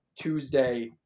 Tuesday